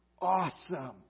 awesome